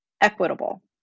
equitable